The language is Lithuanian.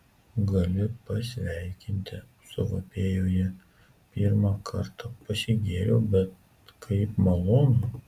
gali pasveikinti suvapėjo ji pirmą kartą pasigėriau bet kaip malonu